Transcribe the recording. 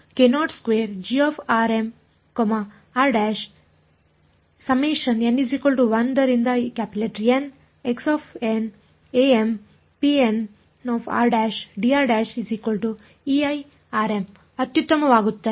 ಆದ್ದರಿಂದ ನಾನು ಅತ್ಯುತ್ತಮವಾಗುತ್ತೇನೆ